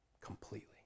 completely